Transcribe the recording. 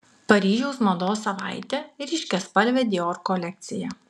paryžiaus mados savaitė ryškiaspalvė dior kolekcija